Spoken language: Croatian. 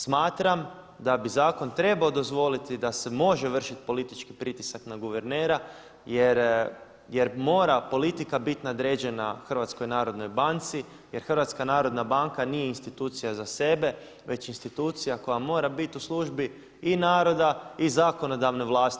Smatram da bi zakon trebao dozvoliti da se može vršiti politički pritisak na guvernera jer mora politika biti nadređena HNB-u jer HNB nije institucija za sebe već je institucija koja mora biti u službi i naroda i zakonodavne vlasti.